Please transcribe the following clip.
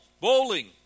bowling